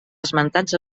esmentats